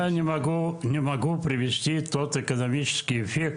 אני לא מסוגל לתת את התוצאה הכללית, את האפקט